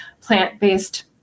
plant-based